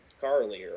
Carly